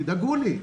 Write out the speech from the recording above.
תדאגו לי.